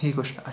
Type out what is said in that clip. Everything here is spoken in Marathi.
ही गोष्ट आहे